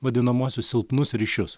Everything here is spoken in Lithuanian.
vadinamuosius silpnus ryšius